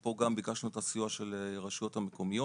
ופה ביקשנו את הסיוע של הרשויות המקומיות.